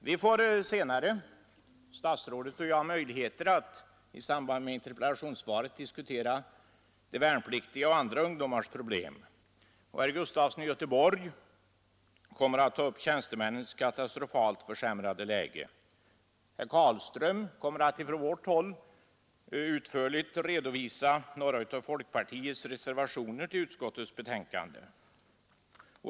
Statsrådet Holmqvist och jag får senare i dag tillfälle att i samband med hans interpellationssvar diskutera de värnpliktigas och andra ungdomars problem. Herr Gustafson i Göteborg kommer att ta upp tjänstemännens katastrofalt försämrade läge. Herr Carlström kommer senare att utförligt redovisa några av folkpartiets reservationer.